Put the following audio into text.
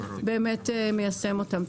באמת מיישם אותם.